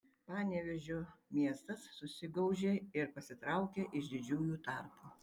panevėžio miestas susigaužė ir pasitraukė iš didžiųjų tarpo